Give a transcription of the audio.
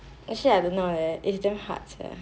actually I don't know leh it's damn hard sia